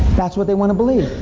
that's what they want to believe.